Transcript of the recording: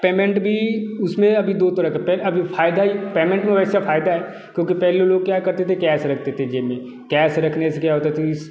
payment भी उसमें अभी दो तरह के अभी फ़ायदा ये पेमेंट में वैसे फ़ायदा है क्योंकि पहले लोग क्या करते थे कि कैश रखते थे जेब में कैश रखने से क्या होता था कि